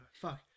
fuck